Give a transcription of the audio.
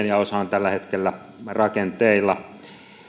ja osa on tällä hetkellä rakenteilla